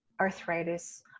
arthritis